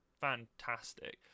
fantastic